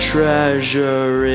Treasure